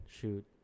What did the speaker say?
shoot